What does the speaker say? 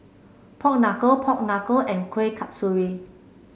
Pork Knuckle Pork Knuckle and Kuih Kasturi